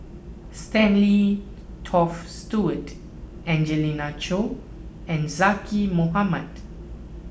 Stanley Toft Stewart Angelina Choy and Zaqy Mohamad